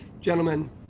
Gentlemen